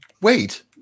Wait